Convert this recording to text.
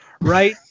right